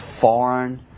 foreign